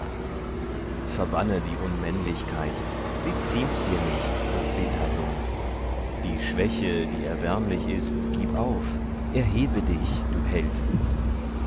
verbanne die unmännlichkeit sie ziemt dir nicht o prith sohn die schwäche die erbärmlich ist gib auf erhebe dich du held